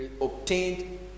obtained